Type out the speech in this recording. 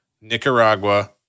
Nicaragua